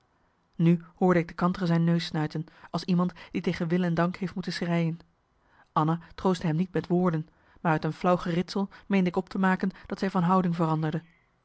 nu hoorde ik de kantere zijn neus snuiten als iemand die tegen wil en dank heeft moeten schreien anna troostte hem niet met woorden maar uit een flauw geritsel meende ik op te maken dat zij van houding veranderde